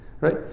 right